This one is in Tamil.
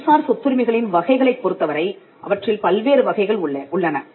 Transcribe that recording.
அறிவுசார் சொத்துரிமைகளின் வகைகளைப் பொறுத்த வரை அவற்றில் பல்வேறு வகைகள் உள்ளன